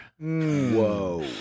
Whoa